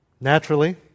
Naturally